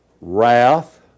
wrath